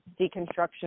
deconstruction